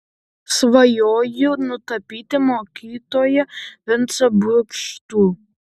svajoju nutapyti mokytoją vincą brukštų